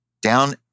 down